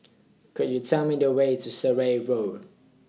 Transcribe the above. Could YOU Tell Me The Way to Surrey Road